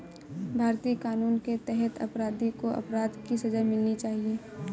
भारतीय कानून के तहत अपराधी को अपराध की सजा मिलनी चाहिए